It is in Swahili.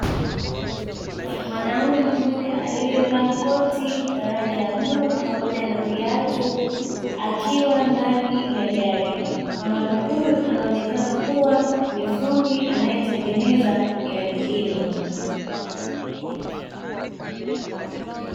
Mwanaume mmoja aliyevaa koti la rangi ya buluu pamoja na viatu akiwa ndani ya gari, mwanaume huyu anaonekana kuwa ni fundi anayetengeneza gari hilo.